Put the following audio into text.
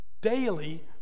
Daily